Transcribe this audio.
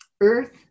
earth